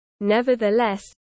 Nevertheless